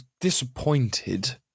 disappointed